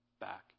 back